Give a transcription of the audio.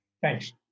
Thanks